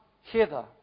hither